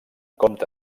compte